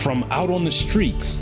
from out on the streets